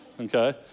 Okay